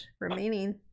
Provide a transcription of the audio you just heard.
remaining